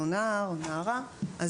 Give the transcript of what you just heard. נער או נערה.